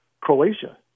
Croatia